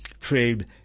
trade